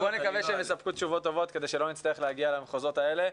בוא נקווה שהם יספקו תשובות טובות כדי שלא נצטרך להגיע למחוזות האלה.